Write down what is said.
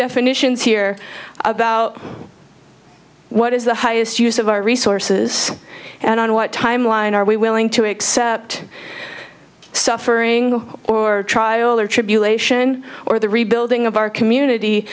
definitions here about what is the highest use of our resources and on what timeline are we willing to accept suffering or trial or tribulation or the rebuilding of our community